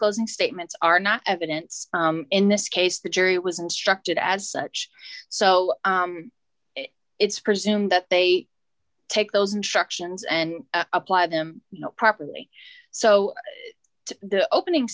closing statements are not evidence in this case the jury was instructed as such so it's presumed that they take those and shuck sions and apply them properly so the opening